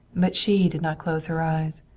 but she did not close her eyes.